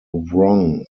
wrong